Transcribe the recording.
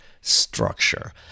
structure